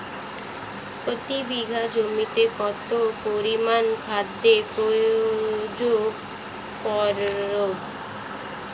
প্রতি বিঘা জমিতে কত পরিমান খাদ্য প্রয়োগ করব?